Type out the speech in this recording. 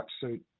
suit